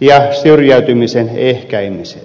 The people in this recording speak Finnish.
ja syrjäytymisen ehkäisemisessä